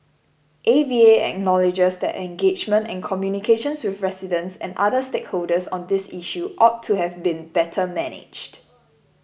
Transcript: A V A acknowledges that engagement and communications with residents and other stakeholders on this issue ought to have been better managed